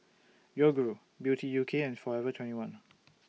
Yoguru Beauty U K and Forever twenty one